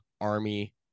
Army